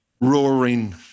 roaring